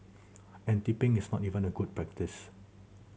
and tipping is not even a good practice